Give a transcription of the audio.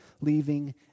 leaving